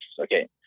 Okay